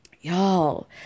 Y'all